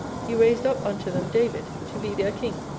he raised up unto them david to be their king